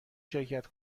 شرکت